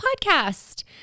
podcast